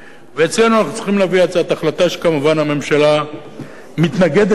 ואצלנו אנחנו צריכים להביא הצעת החלטה שכמובן הממשלה מתנגדת לה.